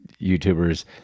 YouTubers –